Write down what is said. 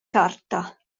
carta